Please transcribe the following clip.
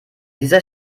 dieser